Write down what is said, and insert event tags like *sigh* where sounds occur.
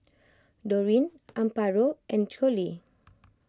Dorine Amparo and Coley *noise*